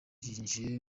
yinjiye